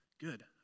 good